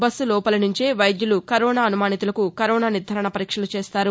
bus లోపలి నుంచే వైద్యులు కరోనా అనుమానితులకు కరోనా నిర్ధారణ పరీక్షలు చేస్తారు